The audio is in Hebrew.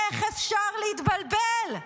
איך אפשר להתבלבל?